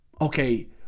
okay